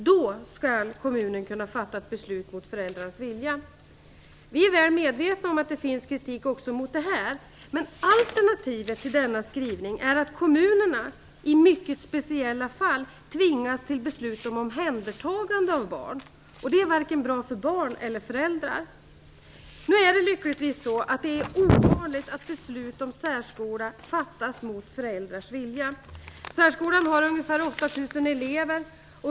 Då skall kommunen kunna fatta ett beslut mot föräldrarnas vilja. Vi är väl medvetna om att det finns kritik också mot detta, men alternativet är att kommunerna i mycket speciella fall tvingas till beslut om omhändertagande av barn. Det är varken bra för barn eller föräldrar. Nu är det lyckligtvis ovanligt att beslut om särskola fattas mot föräldrars vilja. Särskolan har ungefär 8 000 elever.